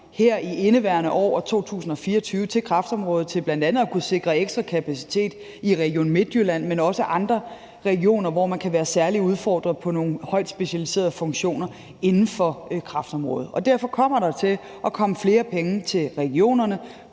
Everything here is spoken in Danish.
ekstraordinært 400 mio. kr. til kræftområdet til bl.a. at kunne sikre ekstra kapacitet i Region Midtjylland, men også andre regioner, hvor man kan være særlig udfordret i forhold til nogle højt specialiserede funktioner inden for kræftområdet. Derfor kommer der til at komme flere penge til regionerne,